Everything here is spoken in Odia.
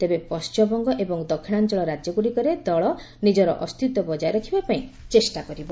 ତେବେ ପଣ୍ଢିମବଙ୍ଗ ଏବଂ ଦକ୍ଷିଣାଞ୍ଚଳ ରାଜ୍ୟଗ୍ରଡ଼ିକରେ ଦଳ ନିଜର ଅସ୍ତିତ ବକାୟ ରଖିବାପାଇଁ ଚେଷ୍ଟା କରିବ